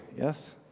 yes